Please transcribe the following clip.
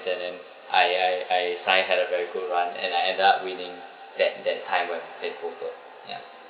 and I I I sign had a very good run and I end up winning that that time when play poker ya